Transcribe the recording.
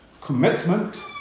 commitment